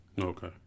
Okay